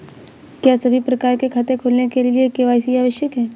क्या सभी प्रकार के खाते खोलने के लिए के.वाई.सी आवश्यक है?